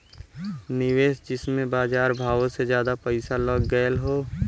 निवेस जिम्मे बजार भावो से जादा पइसा लग गएल हौ